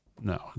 no